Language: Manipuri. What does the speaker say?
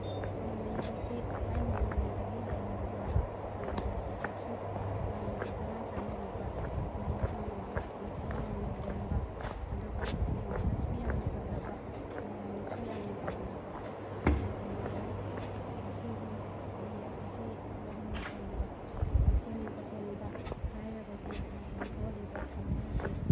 ꯈꯣꯏ ꯃꯌꯦꯛ ꯑꯁꯤ ꯊꯥꯏꯅ ꯉꯜꯂꯤꯉꯩꯗꯒꯤ ꯂꯩꯅꯔꯛꯂꯕ ꯑꯗꯨꯒ ꯍꯧꯖꯤꯛꯁꯨ ꯌꯥꯝꯅ ꯐꯖꯅ ꯆꯠꯅꯔꯤꯕ ꯃꯌꯦꯛ ꯑꯃꯅꯤ ꯃꯁꯤ ꯌꯥꯝꯅ ꯂꯦꯝꯕ ꯑꯗꯨꯒ ꯌꯦꯡꯕꯗꯁꯨ ꯌꯥꯝꯅ ꯐꯖꯕ ꯃꯌꯥꯝꯅꯁꯨ ꯌꯥꯝꯅ ꯄꯥꯝꯅꯕ ꯃꯌꯦꯛ ꯑꯃ ꯑꯣꯏ ꯃꯁꯤꯒꯤ ꯃꯌꯦꯛ ꯑꯁꯤ ꯂꯣꯟꯕ ꯃꯇꯝꯗ ꯇꯁꯦꯡ ꯇꯁꯦꯡꯕ ꯍꯥꯏꯔꯒꯗꯤ ꯃꯁꯤꯗ ꯂꯣꯜꯂꯤꯕ ꯀꯂꯔ ꯑꯁꯤ